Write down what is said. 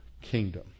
kingdom